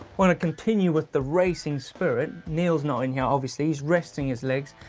wanna continue with the racing spirit. neil's not in here obviously, he's resting his legs.